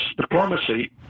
diplomacy